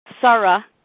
Sarah